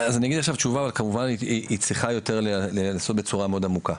אני אגיד עכשיו תשובה אבל כמובן היא צריכה להיעשות בצורה מאוד עמוקה.